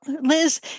Liz